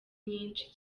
nyinshi